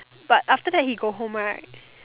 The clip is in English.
but after that he go home right